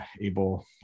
able